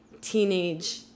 teenage